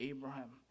Abraham